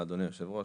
לאדוני היושב-ראש,